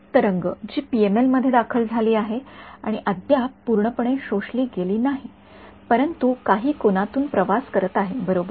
तरंग जी पीएमएल मध्ये दाखल झाली आहे आणि अद्याप पूर्णपणे शोषली गेली नाही परंतु काही कोनातून प्रवास करीत आहे बरोबर